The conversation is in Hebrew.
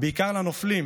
ובעיקר לנופלים,